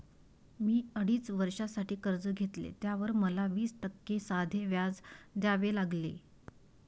मी अडीच वर्षांसाठी कर्ज घेतले, त्यावर मला वीस टक्के साधे व्याज द्यावे लागले